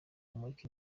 kumurika